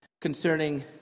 concerning